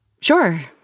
Sure